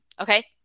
okay